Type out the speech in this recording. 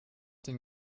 den